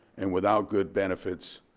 and without good benefits,